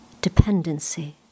dependency